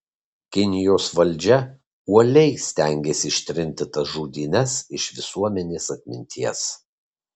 kinijos valdžia uoliai stengėsi ištrinti tas žudynes iš visuomenės atminties